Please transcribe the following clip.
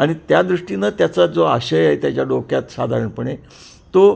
आणि त्या दृष्टीनं त्याचा जो आशय त्याच्या डोक्यात साधारणपणे तो